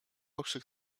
okrzyk